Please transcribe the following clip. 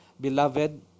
beloved